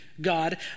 God